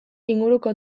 inguruko